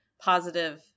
positive